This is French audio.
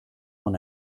mon